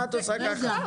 מה את עושה ככה?